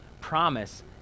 promise